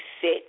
sit